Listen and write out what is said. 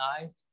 eyes